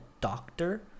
doctor